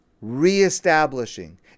reestablishing